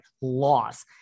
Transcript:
loss